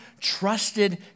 trusted